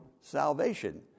salvation